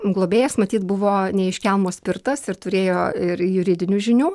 globėjas matyt buvo ne iš kelmo spirtas ir turėjo ir juridinių žinių